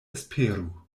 esperu